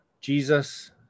jesus